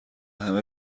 همه